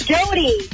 Jody